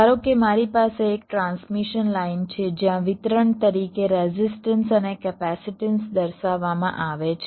ધારો કે મારી પાસે એક ટ્રાન્સમિશન લાઇન છે જ્યાં વિતરણ તરીકે રેઝિસ્ટન્સ અને કેપેસિટન્સ દર્શાવવામાં આવે છે